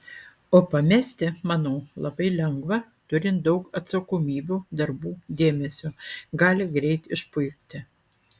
o pamesti manau labai lengva turint daug atsakomybių darbų dėmesio gali greit išpuikti